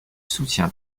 soutien